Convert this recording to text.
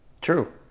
True